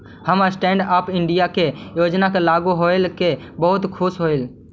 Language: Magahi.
हम स्टैन्ड अप इंडिया के योजना लागू होबे से बहुत खुश हिअई